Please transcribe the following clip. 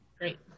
Great